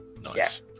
Nice